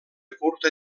curta